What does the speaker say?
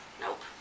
Nope